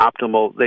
optimal